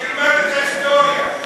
תלמד את ההיסטוריה.